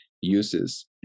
uses